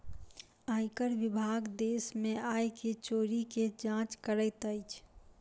आयकर विभाग देश में आय के चोरी के जांच करैत अछि